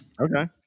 Okay